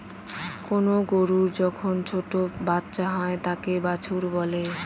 কোনো গরুর যখন ছোটো বাচ্চা হয় তাকে বাছুর বলে